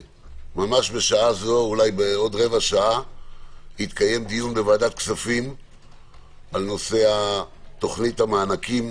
בעוד רבע שעה יתקיים דיון בוועדת הכספים בנושא תוכנית המענקים